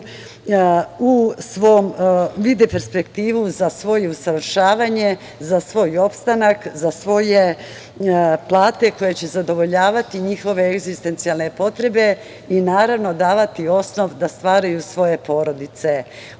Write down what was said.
ovde vide perspektivu za svoje usavršavanje, za svoj opstanak, za svoje plate koje će zadovoljavati njihove egzistencijalne potrebe i, naravno, davati osnov da stvaraju svoje porodice.U